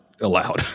Allowed